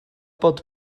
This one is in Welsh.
bod